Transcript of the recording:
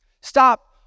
Stop